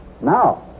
Now